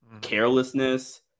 carelessness